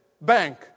bank